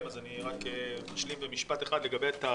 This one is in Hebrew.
מישהו שילם על זה כסף,